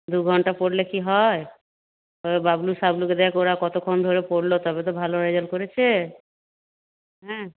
দু ঘন্টা পড়লে কি হয় ঐ বাবলু সাবলুকে দেখ ওরা কতক্ষণ ধরে পড়ল তবে তো ভালো রেজাল্ট করেছে হ্যাঁ